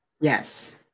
Yes